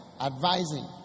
advising